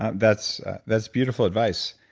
ah that's that's beautiful advice,